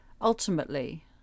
ultimately